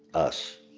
us